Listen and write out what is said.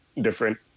different